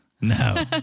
No